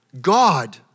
God